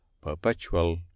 perpetual